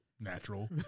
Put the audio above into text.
natural